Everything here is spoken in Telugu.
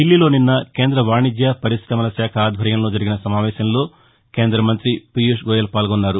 దిల్లీలో నిన్న కేంద వాణిజ్య పరికమల శాఖ ఆధ్వర్యంలో జరిగిన సమావేశంలో కేందమంతి పీయూష్ గోయల్ పాల్గొన్నారు